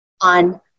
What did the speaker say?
on